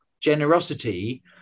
generosity